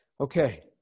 Okay